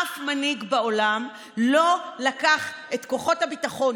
אף מנהיג בעולם לא לקח את כוחות הביטחון